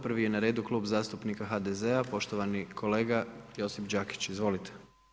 Prvi je na redu Klub zastupnika HDZ-a poštovani kolega Josip Đakić, izvolite.